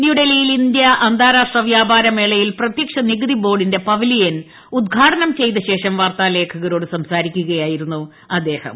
ന്യൂഡൽഹിയിൽ ഇന്ത്യ അന്താരാഷ്ട്ര വ്യാപാരമേളയിൽ പ്രത്യക്ഷ നികുതി ബോർഡിന്റെ പവലിയൻ ഉദ്ഘാടനം ചെയ്തശേഷം വാർത്താലേഖകരോട് സംസാരിക്കുകയായിരുന്നു അദ്ദേഹം